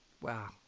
Wow